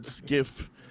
gift